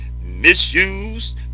misused